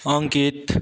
अङ्कित